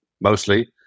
mostly